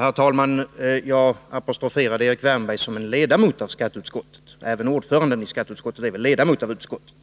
Herr talman! Jag apostroferade Erik Wärnberg såsom ledamot av skatteutskottet — även ordföranden i skatteutskottet är väl ledamot av utskottet.